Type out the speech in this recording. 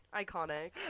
iconic